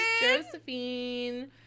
Josephine